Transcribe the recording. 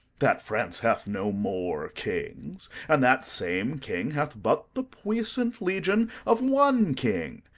that france hath no more kings and that same king hath but the puissant legion of one king,